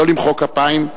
לא למחוא כפיים.